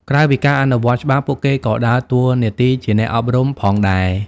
ក្រៅពីការអនុវត្តច្បាប់ ពួកគេក៏ដើរតួនាទីជា អ្នកអប់រំ ផងដែរ។